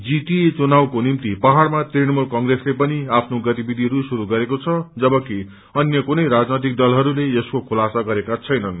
GTA चुनावको निम्ति पहाड़मा तृणमूल कंग्रेसले पनि आफ्नो गतिविधिहरू शुस्र गरेको छ जबकि अन्य कुनै राजनैतिक दलहरूले यसको खुलासा गरेका छैनन्